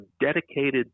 dedicated